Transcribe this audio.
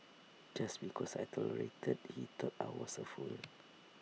just because I tolerated he thought I was A fool